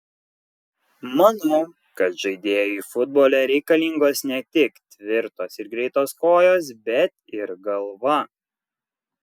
manau kad žaidėjui futbole reikalingos ne tik tvirtos ir greitos kojos bet ir galva